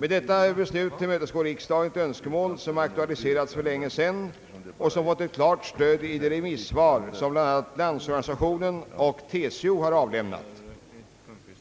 Med detta beslut tillmötesgår riksdagen ett önskemål, som aktualiserats för länge sedan och som fått ett klart stöd i de remissvar som bl.a. Landsorganisationen och TCO avlämnat.